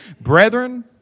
Brethren